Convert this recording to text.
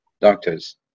doctors